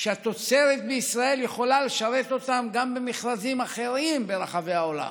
שהתוצרת של ישראל יכולה לשרת אותם גם במכרזים אחרים ברחבי העולם.